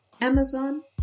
Amazon